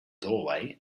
doorway